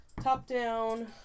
top-down